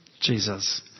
Jesus